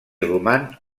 roman